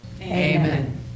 Amen